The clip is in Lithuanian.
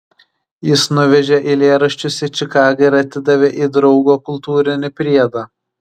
jis nuvežė eilėraščius į čikagą ir atidavė į draugo kultūrinį priedą